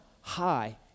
high